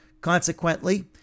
consequently